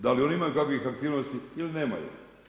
Da li oni imaju kakvih aktivnosti ili nemaju?